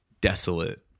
desolate